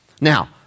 Now